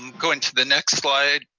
um going to the next slide.